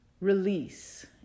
release